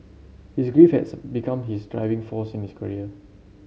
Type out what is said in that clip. his grief has become his driving force in his career